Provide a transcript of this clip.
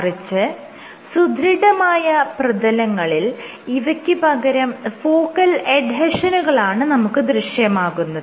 മറിച്ച് സുദൃഢമായ പ്രതലങ്ങളിൽ ഇവയ്ക്ക് പകരം ഫോക്കൽ എഡ്ഹെഷനുകളാണ് നമുക്ക് ദൃശ്യമാകുന്നത്